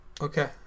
Okay